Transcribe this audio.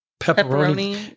pepperoni